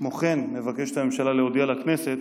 כמו כן מבקשת הממשלה להודיע לכנסת,